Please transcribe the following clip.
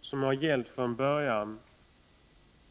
som har gällt från början.